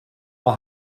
our